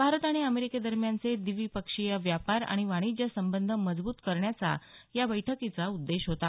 भारत आणि अमेरिकेदरम्यानचे द्विपक्षीय व्यापार आणि वाणिज्य संबंध मजबूत करण्याचा या बैठकीचा उद्देश होता